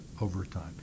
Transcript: overtime